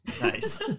Nice